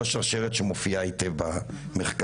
כל השרשרת שמופיעה במחקר.